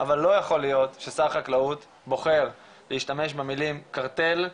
אבל לא יכול להיות ששר חקלאות בוחר להשתמש במלים קרטל,